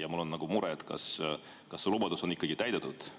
ja mul on mure, kas see lubadus on täidetud.